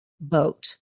vote